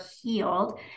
healed